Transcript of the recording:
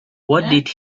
did